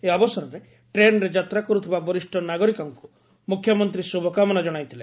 ଏହି ଅବସରରେ ଟ୍ରେନ୍ରେ ଯାତ୍ରା କରୁଥିବା ବରିଷ୍ ନାଗରିକଙ୍କୁ ମୁଖ୍ୟମନ୍ତୀ ଶୁଭକାମନା ଜଶାଇଥିଲେ